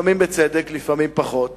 לפעמים בצדק, לפעמים פחות.